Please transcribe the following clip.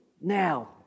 Now